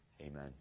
Amen